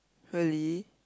really